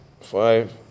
five